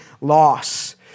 loss